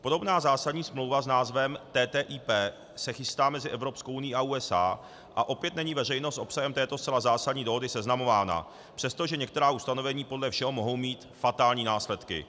Podobná zásadní smlouva s názvem TTIP se chystá mezi Evropskou unií a USA a opět není veřejnost s obsahem této zcela zásadní dohody seznamována, přestože některá ustanovení podle všeho mohou mít fatální následky.